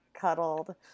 cuddled